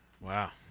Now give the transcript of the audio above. Wow